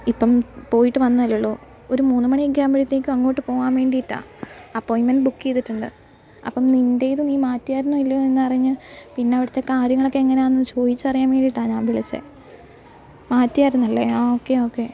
ഇപ്പം പോയിട്ട് വന്നല്ലെയുള്ളൂ ഒരു മൂന്നുമണിയക്കെ ആകുമ്പോഴ്ത്തേക്കും അങ്ങോട്ട് പോവാൻ വേണ്ടിട്ടാണ് അപ്പോയിന്റ്മെൻ ബുക്ക് ചെയ്തിട്ടുണ്ട് അപ്പം നിൻ്റേത് നീ മാറ്റിയായിരുന്നോ ഇല്ലയോന്ന് അറിഞ്ഞു പിന്നെ അവിടുത്തെ കാര്യങ്ങളൊക്കെ എങ്ങാനാന്ന് ചോദിച്ചറിയാൻ വേണ്ടിട്ടാണ് ഞാൻ വിളിച്ചത് മാറ്റിയായിരുന്നല്ലേ ആ ഓക്കെ ഓക്കെ